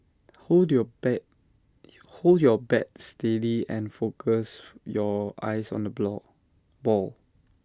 hold your bat hold your bat steady and focus your eyes on the ball